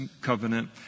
covenant